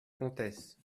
comtesse